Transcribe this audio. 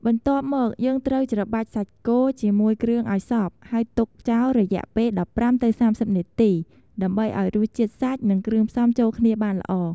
បន្ទាប់មក យើងត្រូវច្របាច់សាច់គោជាមួយគ្រឿងឲ្យសព្វហើយទុកចោលរយៈពេល ១៥ ទៅ ៣០ នាទី ដើម្បីឲ្យរសជាតិសាច់ និងគ្រឿងផ្សំចូលគ្នាបានល្អ។